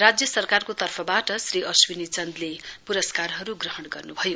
राज्य सरकारको तर्फबाट श्री अश्विनी चन्दले प्रस्कारहरू ग्रहण गर्नुभयो